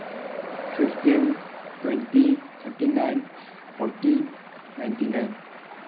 fifteen twenty thirty nine forty ninety nine